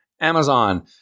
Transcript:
Amazon